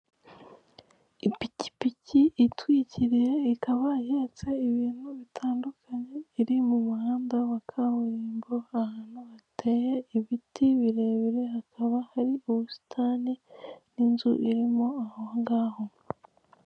Ipikipiki itwikiriye ikaba ihetse, ibintu bitandukanye iri mu muhanda wa kaburimbo ahantu hateye ibiti birebire, hakaba hari ubusitani n'inzu irimo aho ngaho.